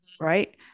right